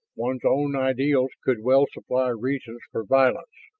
one's own ideals could well supply reasons for violence.